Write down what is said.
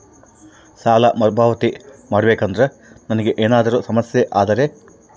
ಸಾಲ ಮರುಪಾವತಿ ಮಾಡಬೇಕಂದ್ರ ನನಗೆ ಏನಾದರೂ ಸಮಸ್ಯೆ ಆದರೆ?